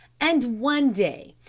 and one day,